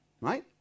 Right